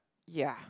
ya